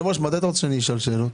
היושב-ראש, מתי אתה רוצה שאני אשאל שאלות?